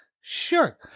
Sure